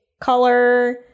color